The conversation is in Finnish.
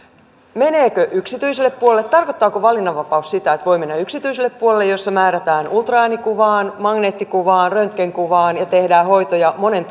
meneekö yksityiselle puolelle tarkoittaako valinnanvapaus sitä että voi mennä yksityiselle puolelle jossa määrätään ultraäänikuvaan magneettikuvaan röntgenkuvaan ja tehdään hoitoja monen